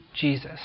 Jesus